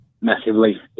Massively